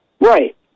Right